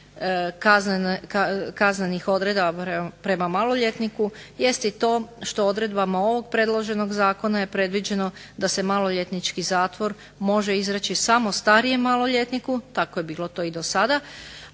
kaznenih odredaba prema maloljetniku jest i to što odredbama ovog predloženog zakona je predviđeno da se maloljetnički zatvor može izreći samo starijem maloljetniku. Tako je bilo to i do sada.